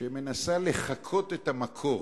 שמנסה לחקות את המקור,